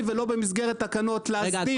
ולא במסגרת תקנות להסדיר --- רגע,